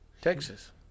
Texas